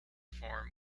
form